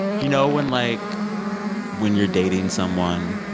you know when, like when you're dating someone,